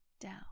down